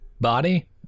body